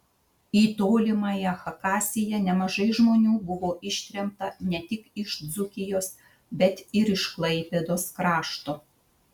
į tolimąją chakasiją nemažai žmonių buvo ištremta ne tik iš dzūkijos bet ir iš klaipėdos krašto